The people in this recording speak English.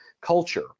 culture